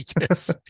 Yes